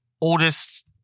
oldest